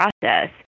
process